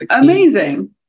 Amazing